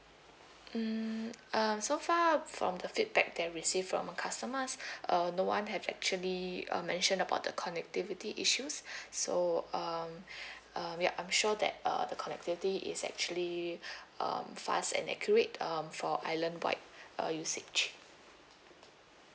mm uh so far from the feedback that received from uh customers uh no one have actually uh mentioned about the connectivity issues so um um ya I'm sure that uh the connectivity is actually um fast and accurate um for island-wide uh usage